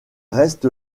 reste